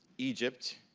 egypt,